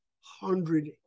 hundred